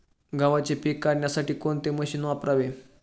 गव्हाचे पीक काढण्यासाठी कोणते मशीन वापरावे?